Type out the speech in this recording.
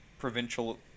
provincial